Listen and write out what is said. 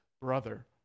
brother